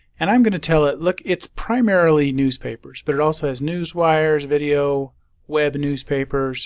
and i'm going to tell it look it's primarily newspapers but it also has newswires video web newspapers